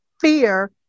fear